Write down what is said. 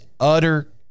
utter